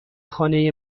خانه